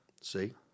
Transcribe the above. See